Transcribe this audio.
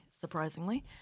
surprisingly